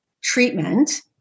treatment